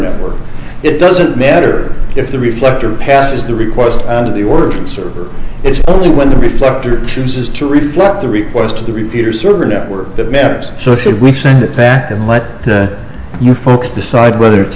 network it doesn't matter if the reflector passes the request to the word server it's only when the reflector chooses to reflect the request to the repeater server network that matters so should we send it back and let your folks decide whether